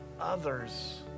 others